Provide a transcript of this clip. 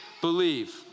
believe